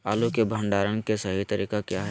आलू के भंडारण के सही तरीका क्या है?